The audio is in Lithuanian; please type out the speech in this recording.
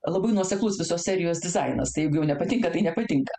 labai nuoseklus visos serijos dizainas tai jeigu jau nepatinka tai nepatinka